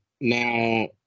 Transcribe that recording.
now